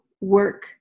work